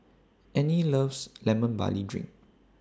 Anne loves Lemon Barley Drink